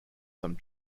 some